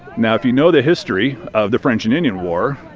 now, if you know the history of the french and indian war,